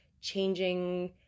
changing